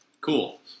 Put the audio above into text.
Cool